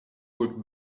work